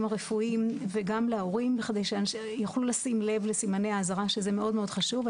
הרפואיים וגם להורים בכדי שיוכלו לשים לב לסימני האזהרה שזה מאוד מאוד חשוב.